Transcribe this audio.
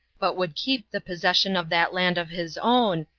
but would keep the possession of that land of his own,